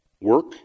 Work